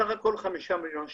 בסך הכול: 5 מיליון שקל.